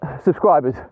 subscribers